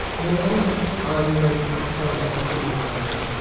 william was arguing outside, in the yard,